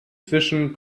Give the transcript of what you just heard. zwischen